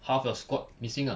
half your squad missing ah